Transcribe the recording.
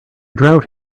drought